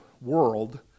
world